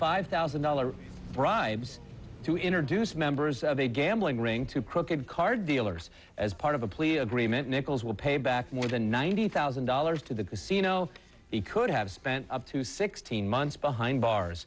five thousand dollars bribes to introduce members of a gambling ring to crooked card dealers as part of a plea agreement nichols will pay back more than ninety thousand dollars to the casino he could have spent up to sixteen months behind bars